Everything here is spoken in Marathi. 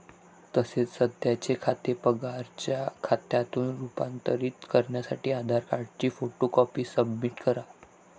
तसेच सध्याचे खाते पगाराच्या खात्यात रूपांतरित करण्यासाठी आधार कार्डची फोटो कॉपी सबमिट करा